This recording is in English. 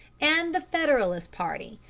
and the federalist party,